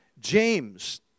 James